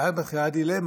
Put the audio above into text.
ואז מתחילה הדילמה,